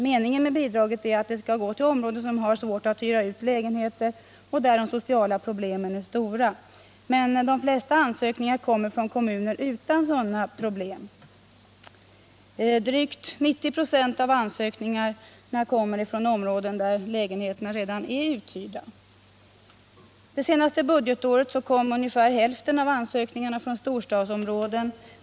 Meningen är ju att bidraget skall gå till områden där det är svårt att hyra ut lägenheter och där de sociala problemen är stora. Men de flesta ansökningarna kommer från kommuner utan sådana problem. Drygt 90 26 av ansökningarna kommer från områden där lägenheterna redan är uthyrda. Det senaste budgetåret kom ungefär hälften av ansökningarna från storstadsområden.